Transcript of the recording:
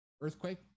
Earthquake